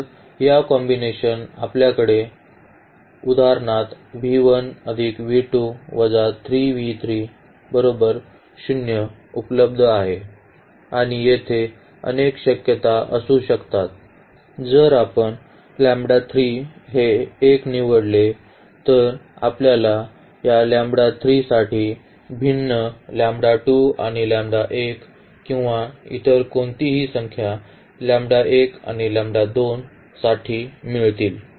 तर या कॉम्बिनेशनने आपल्याकडे उदाहरणार्थ उपलब्ध आहेत आणि येथे अनेक शक्यता असू शकतात जर आपण हे 1 निवडले तर आपल्याला या साठी भिन्न आणि किंवा इतर कोणतीही संख्या आणि साठी मिळतील